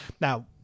Now